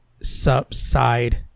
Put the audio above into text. subside